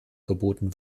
geboten